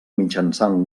mitjançant